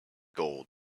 gold